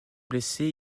blessé